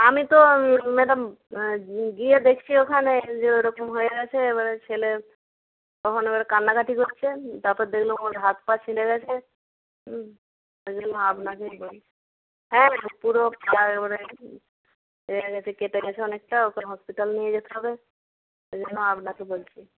আমি তো ম্যাডাম গিয়ে দেখছি ওখানে যে ওরকম হয়ে আছে এবারে ছেলে তখন এবার কান্নাকাটি করছে তারপর দেখলাম ওই হাত পা ছিঁড়ে গেছে ওই জন্য আপনাকে ইয়ে করি হ্যাঁ পুরো পা একবারে ছিঁড়ে গেছে কেটে গেছে অনেকটা ওকে হসপিটাল নিয়ে যেতে হবে ওই জন্য আপনাকে বলছি